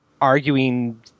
arguing